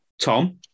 Tom